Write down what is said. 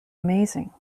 amazing